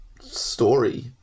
story